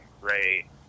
Ray